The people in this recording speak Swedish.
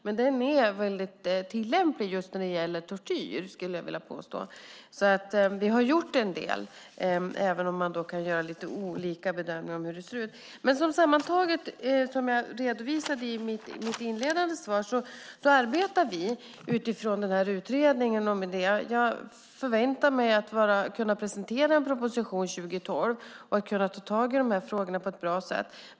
Den är dock väldigt tillämplig just när det gäller tortyr, skulle jag vilja påstå. Vi har alltså gjort en del, även om man kan göra lite olika bedömningar av hur det ser ut. Sammantaget, och som jag redovisade i mitt inledande svar, arbetar vi utifrån utredningen om detta. Jag förväntar mig att kunna presentera en proposition 2012 och ta tag i dessa frågor på ett bra sätt.